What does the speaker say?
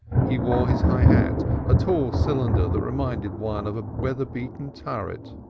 he wore his high hat a tall cylinder that reminded one of a weather-beaten turret.